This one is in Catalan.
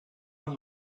amb